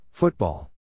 Football